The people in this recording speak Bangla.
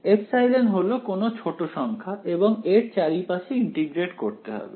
এপসাইলন হলো কোন ছোটসংখ্যা এবং এর চারিপাশে ইন্টিগ্রেট করতে হবে